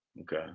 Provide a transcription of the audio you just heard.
Okay